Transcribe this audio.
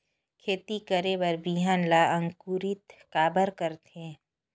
खेती करे बर बिहान ला अंकुरित काबर करथे?